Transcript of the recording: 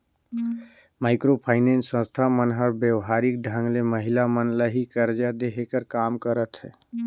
micro finance संस्था मन हर बेवहारिक ढंग ले महिला मन ल ही करजा देहे कर काम करथे